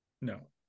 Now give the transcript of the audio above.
No